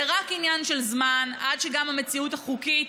זה רק עניין של זמן עד שגם המציאות החוקית